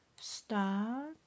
start